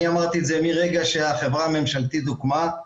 אני אמרתי את זה מרגע שהחברה הממשלתית הוקמה.